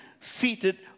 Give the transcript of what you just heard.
seated